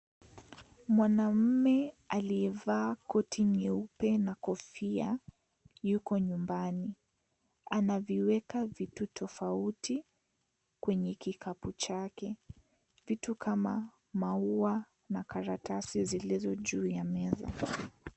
Mwanaume aliyevaa koti nyeupe na kofia yuko nyumbani. Anaviweka vitu tofauti kwenye kikapu chake. Vitu kama maua na karatasi zilizo juu ya meza.